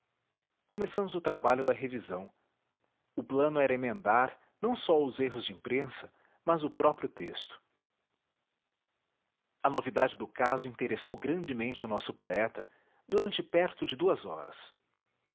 começamos o trabalho da revisão o plano era emendar não só os erros de imprensa mas o próprio texto a novidade do caso interessou grandemente o www nead unama br nosso poeta durante perto de duas horas